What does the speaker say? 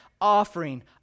offering